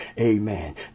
Amen